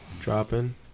dropping